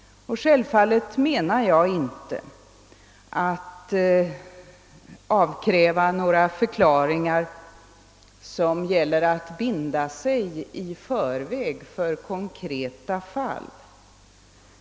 Självfallet avser jag inte att avkräva statsrådet några allmängiltiga förklaringar där det skulle gälla att binda sig i förväg för konkreta fall.